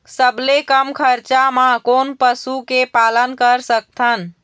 सबले कम खरचा मा कोन पशु के पालन कर सकथन?